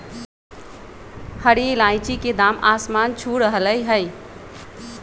हरी इलायची के दाम आसमान छू रहलय हई